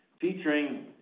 featuring